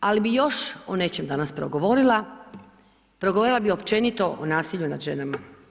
Ali bi još o nečem danas progovorila, progovorila bi općenito o nasilju nad ženama.